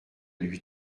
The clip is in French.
lui